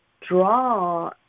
draw